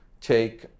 take